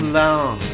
long